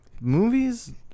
movies